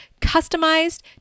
customized